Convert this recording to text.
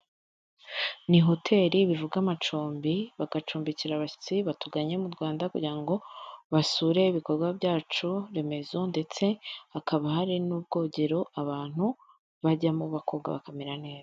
Ni hoteli bivuga amacumbi, bagacumbikira abashyitsi batuganye mu Rwanda kugirango basure ibikorwa byacu remezo, ndetse hakaba hari n'ubwogero abantu bajyamo bakoga bakamera neza.